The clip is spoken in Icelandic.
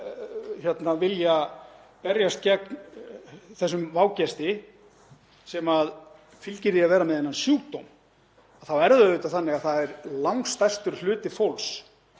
því að vilja berjast gegn þessum vágesti sem fylgir því að vera með þennan sjúkdóm þá er það auðvitað þannig að langstærstur hluti fólks